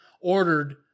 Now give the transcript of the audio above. ordered